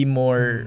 more